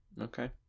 Okay